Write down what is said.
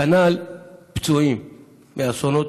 כנ"ל פצועים מאסונות.